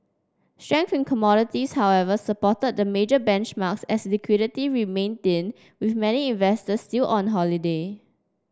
strength in commodities however supported the major benchmarks as liquidity remained thin with many investors still on holiday